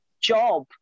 job